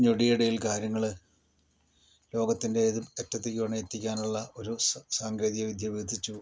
ഞൊടിയിടയിൽ കാര്യങ്ങള് ലോകത്തിൻ്റെ ഏത് അറ്റത്തേക്ക് വേണേൽ എത്തിക്കാനുള്ള ഒരു സാങ്കേതികവിദ്യ വികസിച്ചു